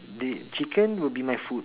the chicken will be my food